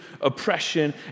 oppression